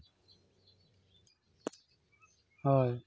ᱦᱳᱭ